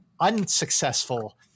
Unsuccessful